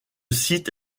site